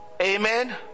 Amen